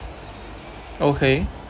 okay